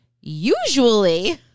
usually